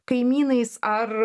kaimynais ar